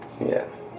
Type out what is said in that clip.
Yes